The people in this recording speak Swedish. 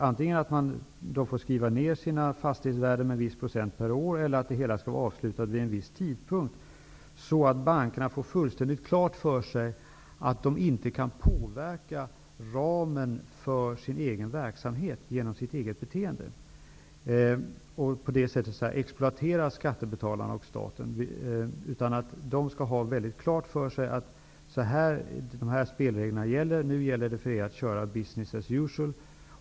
Antingen får de skriva ned sina fastighetsvärden med en viss procent per år, eller också skall det hela vara avslutat vid en viss tidpunkt, så att bankerna får fullständigt klart för sig att de inte kan påverka ramen för sin egen verksamhet genom sitt eget beteende och på det sättet exploatera skattebetalarna och staten. De skall ha klart för sig att det är de här spelreglerna som gäller. Nu gäller det att köra ''business as usual''.